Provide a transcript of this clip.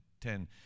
ten